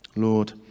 Lord